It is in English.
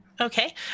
Okay